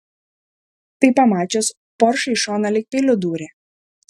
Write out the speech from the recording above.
tai pamačius poršai į šoną lyg peiliu dūrė